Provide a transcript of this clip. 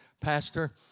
Pastor